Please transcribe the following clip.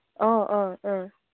ꯑꯣ ꯑꯣ ꯑ